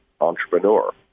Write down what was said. entrepreneur